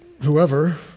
whoever